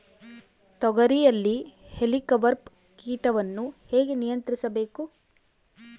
ತೋಗರಿಯಲ್ಲಿ ಹೇಲಿಕವರ್ಪ ಕೇಟವನ್ನು ಹೇಗೆ ನಿಯಂತ್ರಿಸಬೇಕು?